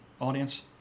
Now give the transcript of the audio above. audience